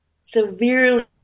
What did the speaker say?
severely